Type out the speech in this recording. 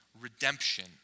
redemption